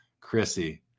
chrissy